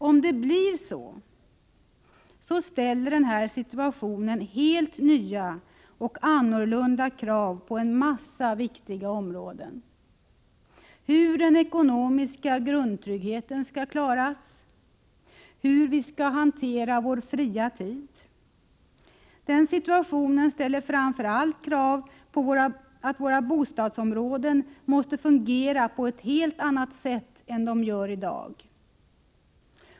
Om det blir så, ställer den situationen helt nya och annorlunda krav på en mängd viktiga områden. Det gäller hur den ekonomiska grundtryggheten skall klaras och hur vi skall hantera vår fria tid. Den nya situationen kräver framför allt att våra bostadsområden fungerar på ett helt annat sätt än de gör i dag.